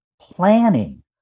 planning